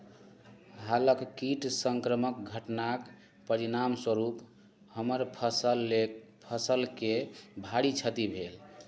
हालक कीट सङ्क्रमक घटनाक परिणाम स्वरूप हमर फसल ले फसलके भारी क्षति भेल